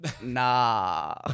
Nah